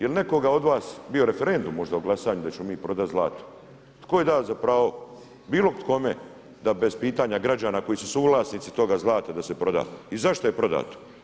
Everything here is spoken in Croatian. Jel nekoga od vas bio referendum možda o glasanju da ćemo mi prodati zlato, tko je dao za pravo bilo kome da bez pitanja građana koji su suvlasnici toga zlata da se proda i zašto je prodato.